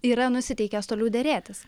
yra nusiteikęs toliau derėtis